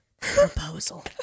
proposal